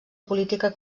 política